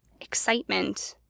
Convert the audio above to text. excitement